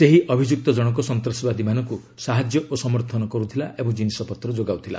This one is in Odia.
ସେହି ଅଭିଯୁକ୍ତ ଜଣକ ସନ୍ତାସବାଦୀମାନଙ୍କୁ ସାହାଯ୍ୟ ଓ ସମର୍ଥନ କରିଥିଲା ଏବଂ ଜିନିଷପତ୍ର ଯୋଗାଉଥିଲା